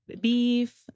beef